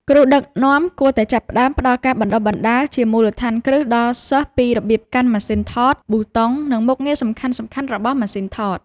គ្រូដឹកនាំគួរតែចាប់ផ្ដើមផ្ដល់ការបណ្ដុះបណ្ដាលជាមូលដ្ឋានគ្រឹះដល់សិស្សពីរបៀបកាន់ម៉ាសុីនថត ប៊ូតុង និងមុខងារសំខាន់ៗរបស់ម៉ាសុីនថត។